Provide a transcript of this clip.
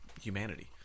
humanity